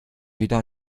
wieder